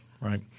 right